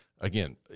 Again